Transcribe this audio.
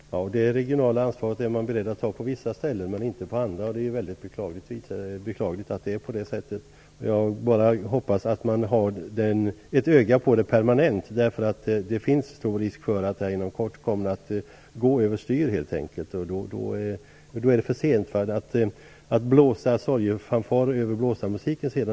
Herr talman! Det regionala ansvaret är man beredd att ta på vissa ställen, men inte på andra. Det är mycket beklagligt att det är på det sättet. Jag hoppas bara att man håller ett öga på detta permanent, därför att det finns stor risk för att det inom kort går över styr, och då är det för sent. Jag skulle inte vilja delta i att blåsa sorgefanfarer över blåsmusiken.